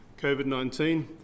COVID-19